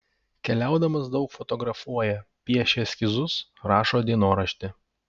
keliaudamas daug fotografuoja piešia eskizus rašo dienoraštį